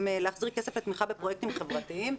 להחזיר כסף לתמיכה בפרויקטים חברתיים.